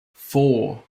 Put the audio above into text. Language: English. four